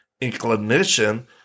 inclination